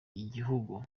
igihugu